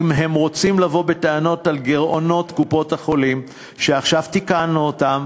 אם הם רוצים לבוא בטענות על גירעונות קופות-החולים שעכשיו תיקנו אותם,